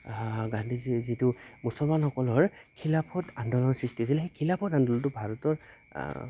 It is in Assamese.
গান্ধীজীৰ যিটো মুছলমানসকলৰ খিলাফত আন্দোলনৰ সৃষ্টি হৈছিলে সেই খিলাফত আন্দোলনটো ভাৰতৰ